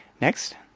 Next